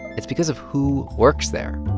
it's because of who works there